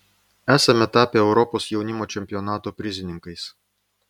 esame tapę europos jaunimo čempionato prizininkais